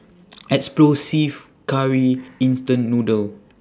explosive curry instant noodle